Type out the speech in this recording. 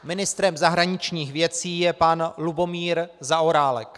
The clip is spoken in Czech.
Ministrem zahraničních věcí je pan Lubomír Zaorálek.